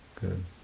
good